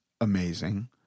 amazing